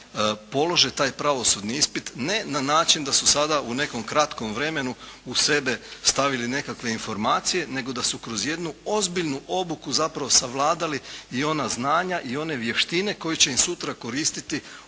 polože taj pravosudni ispit ne na način da su sada u nekom kratkom vremenu u sebe stavili nekakve informacije nego da su kroz jednu ozbiljnu obuku zapravo savladali i ona znanja i one vještine koje će im sutra koristiti